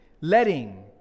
letting